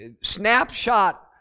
snapshot